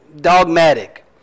dogmatic